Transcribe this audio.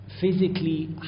physically